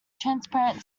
transparent